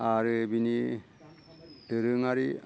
आरो बिनि दोरोङारि